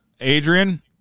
Adrian